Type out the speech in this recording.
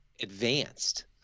advanced